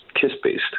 KISS-based